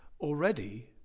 already